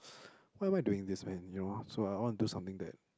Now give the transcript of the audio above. why am I doing this man you know so I want to do something that